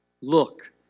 Look